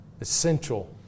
essential